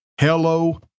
hello